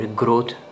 growth